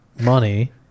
money